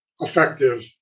effective